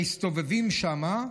שמסתובבים שם,